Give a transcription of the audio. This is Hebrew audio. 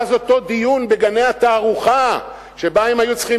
מאז אותו דיון בגני-התערוכה שבו הם היו צריכים